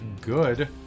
good